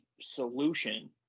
solution